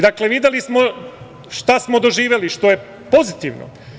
Dakle, videli smo šta smo doživeli, što je pozitivno.